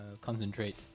concentrate